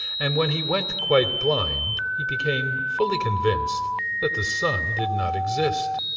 and when he went quite blind, he became fully convinced that the sun did not exist.